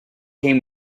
came